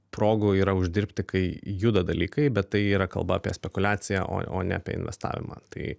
progų yra uždirbti kai juda dalykai bet tai yra kalba apie spekuliaciją o o ne apie investavimą tai